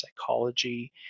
psychology